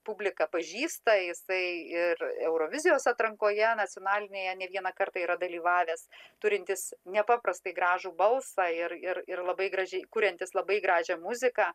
publika pažįsta jisai ir eurovizijos atrankoje nacionalinėje ne vieną kartą yra dalyvavęs turintis nepaprastai gražų balsą ir ir ir labai gražiai kuriantis labai gražią muziką